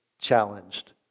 challenged